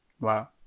Wow